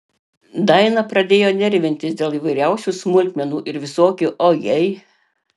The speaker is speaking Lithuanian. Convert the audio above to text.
daina pradėjo nervintis dėl įvairiausių smulkmenų ir visokių o jei